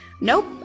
Nope